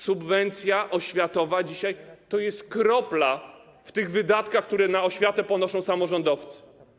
Subwencja oświatowa dzisiaj to jest kropla w tych wydatkach na oświatę, które ponoszą samorządowcy.